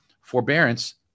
Forbearance